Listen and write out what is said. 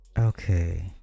Okay